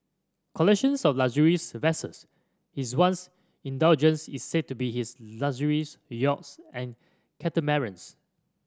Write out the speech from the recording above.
collections of luxuries vessels His once indulgence is said to be his luxuries yachts and catamarans